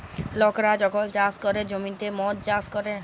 লকরা যখল চাষ ক্যরে জ্যমিতে মদ চাষ ক্যরে